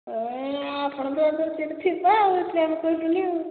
ଏ ଆପଣଙ୍କ ପାଖରେ ତ ସିଟ୍ ଥିବ ଆଉ ସେଥି ଲାଗି କହି ଦେଲି